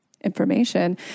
information